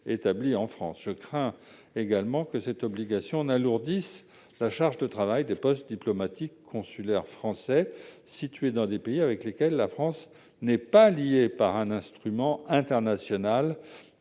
établis en France. Je crains également que cette obligation n'alourdisse la charge de travail des postes diplomatiques et consulaires français situés dans les pays avec lesquels la France n'est pas liée par un instrument international